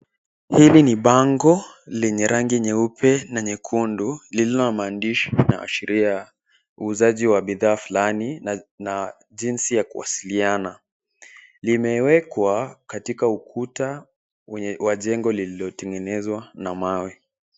Hili ni bango lenye rangi nyeupe na nyekundu lililo na maandishi yanayoashiria uuzaji wa bidhaa fulani na jinsi ya kuwasiliana limewekwa katika ukuta wa jengo lililotengenezwa na mawe.